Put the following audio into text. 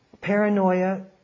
paranoia